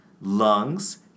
lungs